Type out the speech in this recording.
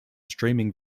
streaming